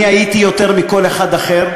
אני, יותר מכל אחד אחר,